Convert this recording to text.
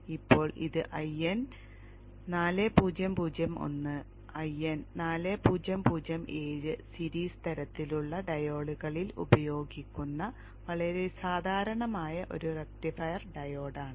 ഇപ്പോൾ ഇത് 1N4001 1N4007 series തരത്തിലുള്ള ഡയോഡുകളിൽ ഉപയോഗിക്കുന്ന വളരെ സാധാരണമായ ഒരു റക്റ്റിഫയർ ഡയോഡാണ്